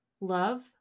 love